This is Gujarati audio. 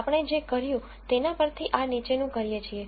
આપણે જે કર્યું તેના પરથી આ નીચેનું કરીએ છીએ